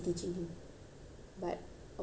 of course I will do what I can